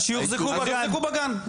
אז שיוחזקו בגן.